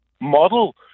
model